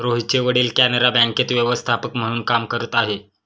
रोहितचे वडील कॅनरा बँकेत व्यवस्थापक म्हणून काम करत आहे